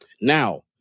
Now